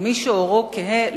ומי שעורו כהה,